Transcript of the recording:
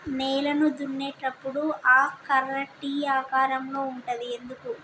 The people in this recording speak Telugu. నేలను దున్నేటప్పుడు ఆ కర్ర టీ ఆకారం లో ఉంటది ఎందుకు?